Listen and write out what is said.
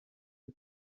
une